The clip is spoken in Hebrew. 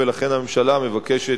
ולכן הממשלה מבקשת